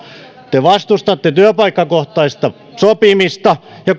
te vastustatte työpaikkakohtaista sopimista ja